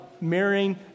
mirroring